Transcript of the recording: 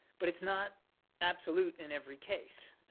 but it's not absolute in every case.